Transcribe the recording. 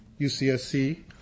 UCSC